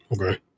Okay